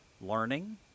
learning